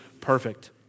perfect